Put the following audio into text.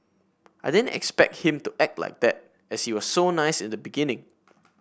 I didn't expect him to act like that as he was so nice in the beginning